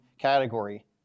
category